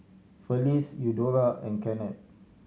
Felice Eudora and Kennard